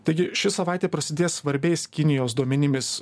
taigi ši savaitė prasidės svarbiais kinijos duomenimis